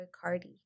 Cardi